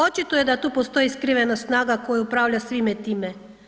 Očito je da tu postoji skrivena snaga koja upravlja svime time.